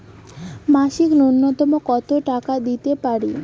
মাসিক নূন্যতম কত টাকা দিতে পারি?